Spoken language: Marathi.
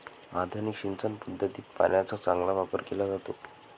आधुनिक सिंचन पद्धतीत पाण्याचा चांगला वापर केला जातो